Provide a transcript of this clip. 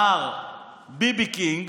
מר ביבי קינג,